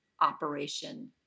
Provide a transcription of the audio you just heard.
operation